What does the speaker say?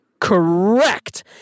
Correct